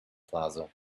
plaza